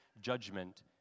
judgment